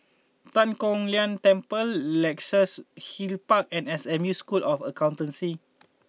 Tan Kong Tian Temple Luxus Hill Park and S M U School of Accountancy